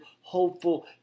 hopeful